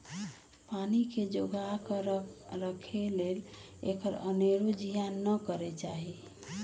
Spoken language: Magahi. पानी के जोगा कऽ राखे लेल एकर अनेरो जियान न करे चाहि